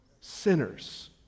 sinners